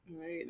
Right